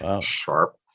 sharp